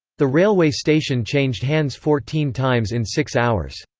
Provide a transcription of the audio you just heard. the railway station changed hands fourteen times in six hours.